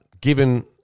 given